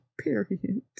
Period